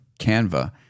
Canva